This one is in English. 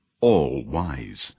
all-wise